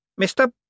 Mr